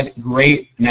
Great